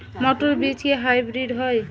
মটর বীজ কি হাইব্রিড হয়?